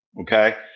Okay